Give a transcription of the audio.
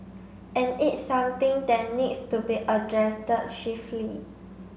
and it's something that needs to be addressed swiftly